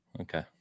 Okay